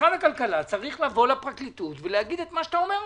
משרד הכלכלה צריך לבוא לפרקליטות ולומר את מה שאתה אומר.